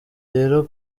rero